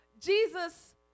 Jesus